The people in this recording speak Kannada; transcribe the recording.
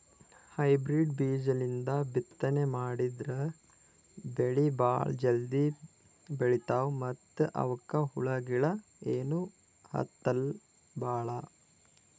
ಹೈಬ್ರಿಡ್ ಬೀಜಾಲಿಂದ ಬಿತ್ತನೆ ಮಾಡದ್ರ್ ಬೆಳಿ ಭಾಳ್ ಜಲ್ದಿ ಬೆಳೀತಾವ ಮತ್ತ್ ಅವಕ್ಕ್ ಹುಳಗಿಳ ಏನೂ ಹತ್ತಲ್ ಭಾಳ್